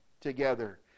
together